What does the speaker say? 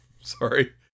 sorry